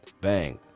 Bang